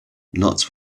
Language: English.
not